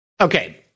okay